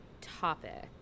topic